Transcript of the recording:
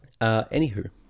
Anywho